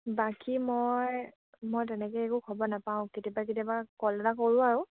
বাকী মই মই তেনেকে একো খবৰ নাপাওঁ কেতিয়াবা কেতিয়াবা কল এটা কৰোঁ আৰু